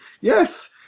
Yes